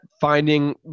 finding